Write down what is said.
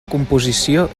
composició